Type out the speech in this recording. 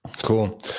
Cool